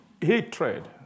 Hatred